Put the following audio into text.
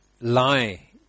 lie